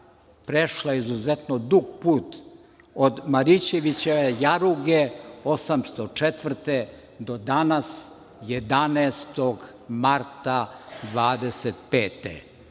prešla izuzetno dug put od Marićevića jaruge 1804 godine do danas 11. marta 2025.